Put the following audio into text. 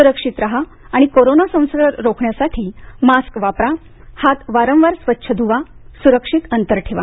सुरक्षित राहा आणि कोरोना संसर्ग रोखण्यासाठी मास्क वापरा हात वारंवार स्वच्छ धुवा सुरक्षित अंतर ठेवा